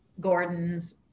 Gordon's